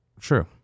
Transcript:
True